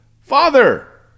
Father